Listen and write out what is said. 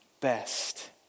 best